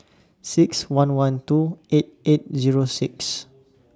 six one one two eight eight Zero six